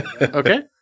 Okay